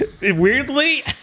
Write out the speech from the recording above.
Weirdly